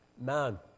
man